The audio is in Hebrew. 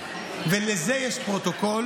בשביל זה יש פרוטוקול